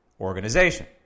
organization